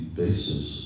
basis